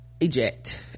eject